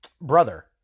brother